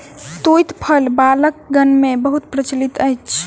तूईत फल बालकगण मे बहुत प्रचलित अछि